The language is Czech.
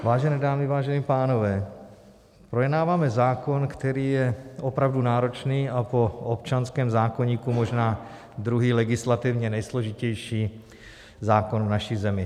Vážené dámy, vážení pánové, projednáváme zákon, který je opravdu náročný a po občanském zákoníku možná druhý legislativně nejsložitější zákon v naší zemi.